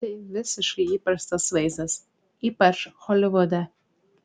tai visiškai įprastas vaizdas ypač holivude